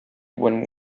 when